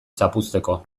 zapuzteko